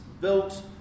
built